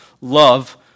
love